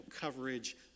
coverage